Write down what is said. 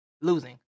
Losing